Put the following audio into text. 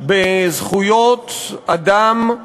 בזכויות אדם,